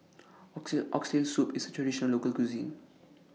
Oxtail Soup IS A Traditional Local Cuisine